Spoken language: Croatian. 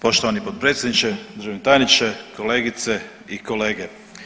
Poštovani potpredsjedniče, državni tajniče, kolegice i kolege.